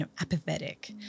apathetic